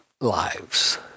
lives